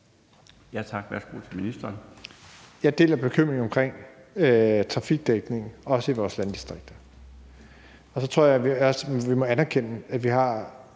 (Jeppe Bruus): Jeg deler bekymringen omkring trafikdækningen, også i vores landdistrikter. Og så tror jeg, at vi må anerkende, at vi har